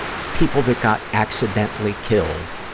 people that got accidentally killed